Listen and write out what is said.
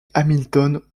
hamilton